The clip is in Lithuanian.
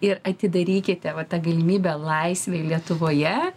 ir atidarykite va tą galimybę laisvei lietuvoje